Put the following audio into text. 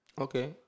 Okay